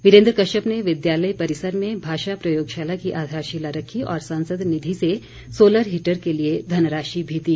वीरेन्द्र कश्यप ने विद्यालय परिसर में भाषा प्रयोगशाला की आधारशिला रखी और सांसद निधि से सोलर हीटर के लिए धनराशि भी दी